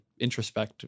introspect